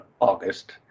August